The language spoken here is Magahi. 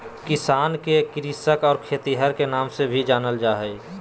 किसान के कृषक और खेतिहर के नाम से भी जानल जा हइ